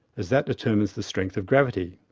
as that determines the strength of gravity.